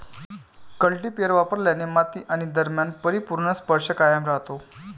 cultipacker वापरल्याने माती आणि दरम्यान परिपूर्ण स्पर्श कायम राहतो